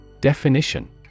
Definition